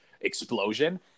explosion